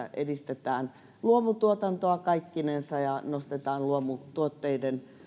edistetään luomutuotantoa kaikkinensa ja nostetaan luomutuotteiden